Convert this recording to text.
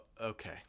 Okay